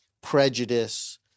prejudice